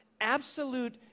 absolute